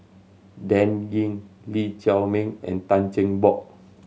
Dan Ying Lee Chiaw Meng and Tan Cheng Bock